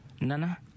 Nana